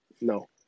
No